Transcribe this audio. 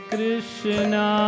Krishna